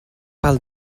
pel